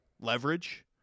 leverage